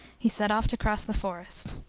he set off to cross the forest.